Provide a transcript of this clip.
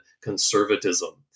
conservatism